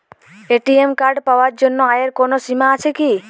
ATM card পাওয়ার জন্য আয়ের কোনো সীমা আছে কি?